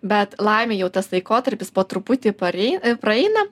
bet laimei jau tas laikotarpis po truputį parei praeina